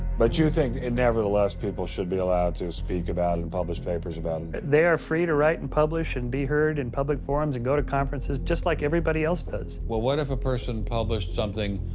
but you think, nevertheless, people should be allowed to speak about and publish papers about it. they are free to write and publish and be heard in public forums and go to conferences just like everybody else does. what what if a person published something,